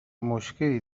مشکلی